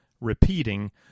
repeating